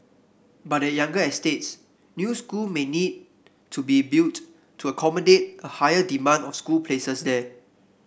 but at younger estates new school may need to be built to accommodate a higher demand of school places there